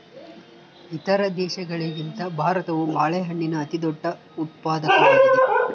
ಇತರ ದೇಶಗಳಿಗಿಂತ ಭಾರತವು ಬಾಳೆಹಣ್ಣಿನ ಅತಿದೊಡ್ಡ ಉತ್ಪಾದಕವಾಗಿದೆ